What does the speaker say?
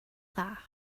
dda